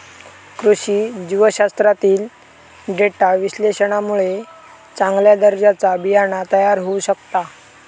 कृषी जीवशास्त्रातील डेटा विश्लेषणामुळे चांगल्या दर्जाचा बियाणा तयार होऊ शकता